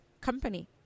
company